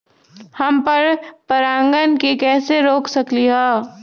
हम पर परागण के कैसे रोक सकली ह?